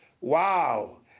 Wow